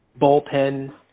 bullpen